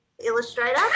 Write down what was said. illustrator